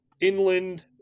inland